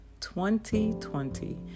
2020